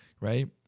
Right